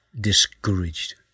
discouraged